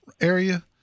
area